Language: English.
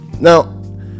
now